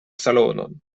salonon